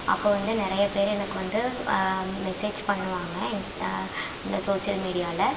அப்போ வந்து நிறைய பேர் எனக்கு வந்து மெசேஜ் பண்ணுவாங்கள் இன்ஸ் இந்த சோசியல் மீடியாவில